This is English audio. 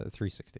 360